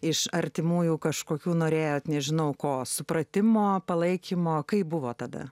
iš artimųjų kažkokių norėjote nežinau ko supratimo palaikymo kaip buvo tada